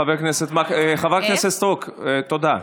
חברת הכנסת סטרוק, תודה.